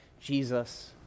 Jesus